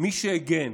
מה שהגן